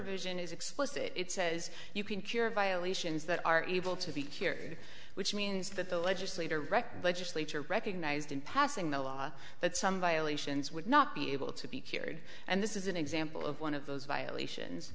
vision is explicit it says you can cure violations that are able to be here which means that the legislator rect legislature recognized in passing the law that some violations would not be able to be cured and this is an example of one of those violations